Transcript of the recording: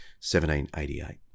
1788